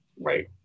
Right